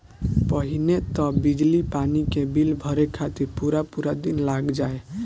पहिले तअ बिजली पानी के बिल भरे खातिर पूरा पूरा दिन लाग जाए